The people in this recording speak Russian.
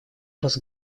вас